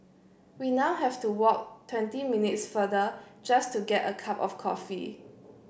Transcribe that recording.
we now have to walk twenty minutes farther just to get a cup of coffee